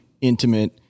intimate